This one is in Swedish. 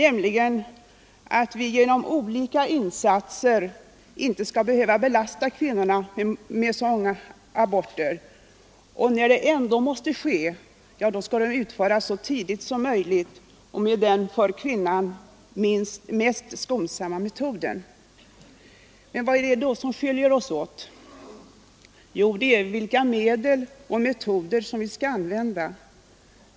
Vi vill genom olika insatser verka för att kvinnorna inte skall belastas med aborter, och vi vill att när aborter ändå måste ske skall de utföras så tidigt som möjligt och med den för kvinnan mest skonsamma metoden. Men vad är det då som skiljer oss åt? Jo, det är vilka medel och metoder som vi skall använda.